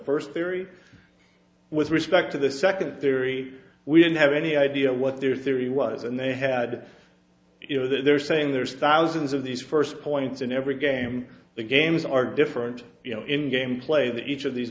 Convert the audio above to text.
first theory with respect to the second theory we didn't have any idea what their theory was and they had you know they're saying there's thousands of these first points in every game the games are different you know in gameplay that each of these